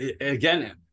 again